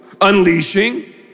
unleashing